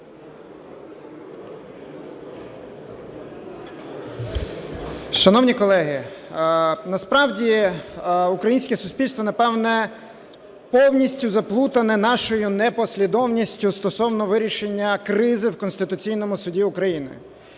Шановні колеги, насправді українське суспільство, напевно, повністю заплутане нашою непослідовністю стосовно вирішення кризи в Конституційному Суді України.